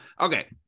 okay